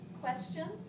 Questions